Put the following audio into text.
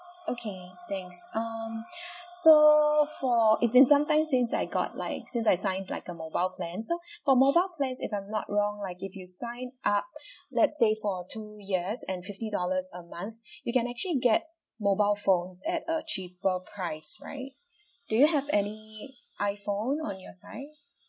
okay thanks um so for it's been sometimes since I got like since I sign like a mobile plan so for mobile plan if I'm not wrong like if you sign up let's say for two years and fifty dollars a month you can actually get mobile phones at a cheaper price right do you have any iphone on your side